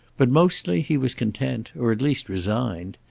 but mostly he was content, or at least resigned.